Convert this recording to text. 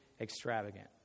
extravagant